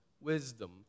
wisdom